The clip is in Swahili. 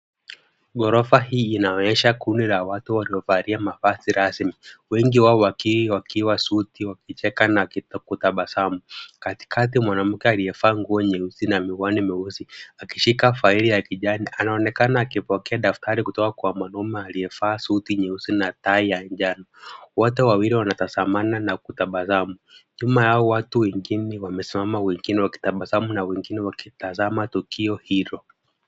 Ghorofa hii inaonyesha kundi la watu waliovalia mavazi rasmi ,wengi wao wakiwa na suti wakicheka na kutabasamu. Katikati mwanamke aliyevaa nguo nyeusi na miwani myeusi akishika faili ya kijani anaonekana akipokea daftari kutoka kwa mwanaume aliyevaa suti nyeusi na tai ya njano. Wote wawili wanatazamana na kutabasamu. Nyuma yao watu wengine wamesimama wengine wakitabasamu na wengine wakitazama tukio hilo.